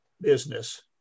business